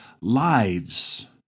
lives